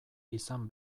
izan